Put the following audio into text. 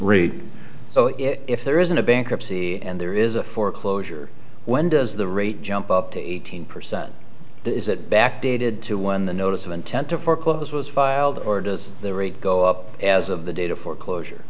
so if there isn't a bankruptcy and there is a foreclosure when does the rate jump up to eighteen percent is it back dated to when the notice of intent to foreclose was filed or does the rate go up as of the day to foreclosure